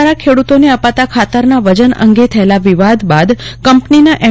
દ્વારા ખેડૂતોને અપાતા ખાતરના વજન અંગે થયેલા વિવાદ બાદ કંપનીના એમ